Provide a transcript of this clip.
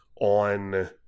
on